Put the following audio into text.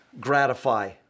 gratify